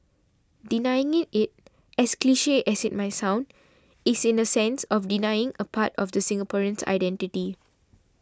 denying it as cliche as it might sound is in a sense of denying a part of the Singaporeans identity